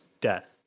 death